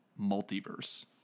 multiverse